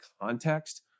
context